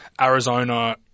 Arizona